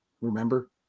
remember